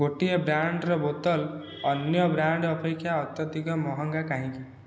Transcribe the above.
ଗୋଟିଏ ବ୍ରାଣ୍ଡ୍ର ବୋତଲ ଅନ୍ୟ ବ୍ରାଣ୍ଡ୍ ଅପେକ୍ଷା ଅତ୍ୟଧିକ ମହଙ୍ଗା କାହିଁକି